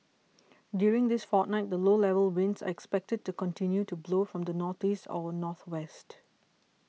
during this fortnight the low level winds are expected to continue to blow from the northeast or northwest